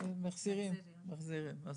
ומחזירים מוצרים למדף, אז